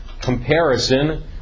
comparison